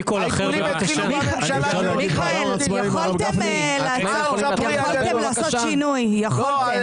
מיכאל, יכולתם לעשות שינוי, יכולתם.